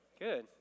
Good